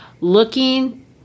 looking